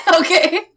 Okay